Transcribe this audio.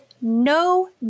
no